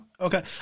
Okay